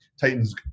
Titans